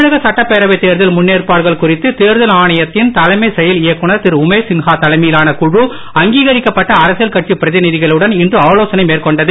தமிழக சட்டப்பேரவை தேர்தல் முன்னெற்பாடுகள் குறித்து தேர்தல் ஆணையத்தின் தலைமை செயல் இயக்குநர் திரு உமேஷ் சின்ஹா தலைமையிலான கட்சி பிரதிநிதிகளுடன் இன்று ஆலோசனை மேற்கொண்டது